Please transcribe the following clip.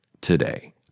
today